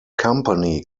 company